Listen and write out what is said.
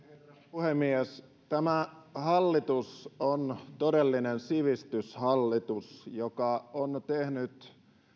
puhemies tämä hallitus on todellinen sivistyshallitus joka on tehnyt